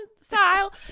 Style